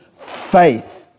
faith